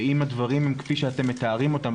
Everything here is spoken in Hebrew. ואם הדברים הם כפי שאתם מתארים אותם,